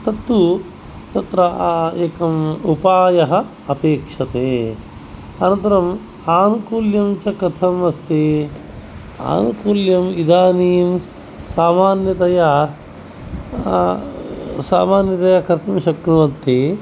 तत्तु तत्र एकम् उपायः अपेक्षते अनन्तरम् आनूकूल्यं च कथम् अस्ति आनूकूल्यम् इदानीं सामान्यतया सामान्यतया कर्तुं शक्नुवन्ति